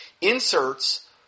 Inserts